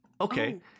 Okay